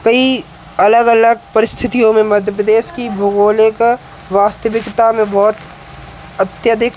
कई अलग अलग परिस्थितियो में मध्य प्रदेश की भौगोलिक वास्तविकता में बहुत अत्यधिक